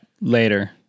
later